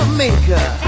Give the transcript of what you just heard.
maker